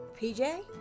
PJ